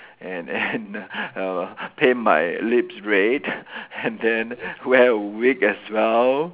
and and uh paint my lips red and then wear a wig as well